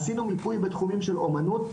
עשינו מיפוי בתחומים של אומנות,